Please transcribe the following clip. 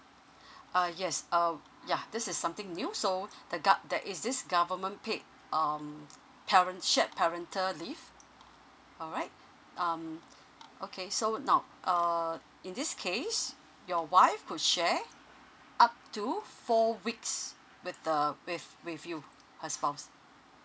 uh yes uh yeah this is something new so the go~ there is this government paid um parent shared parental leave alright um okay so now uh in this case your wife could share up to four weeks with the with with you her spouse